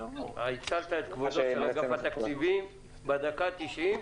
הצלת את כבודו של אגף התקציבים בדקה ה-90.